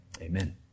Amen